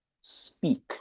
speak